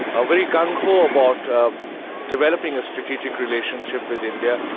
ah very gung-ho about developing a strategic relationship with india,